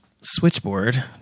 switchboard